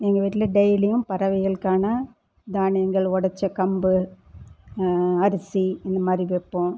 எங்கள் வீட்டில் டெய்லியும் பறவைகளுக்கான தானியங்கள் உடச்ச கம்பு அரிசி இந்த மாதிரி வைப்போம்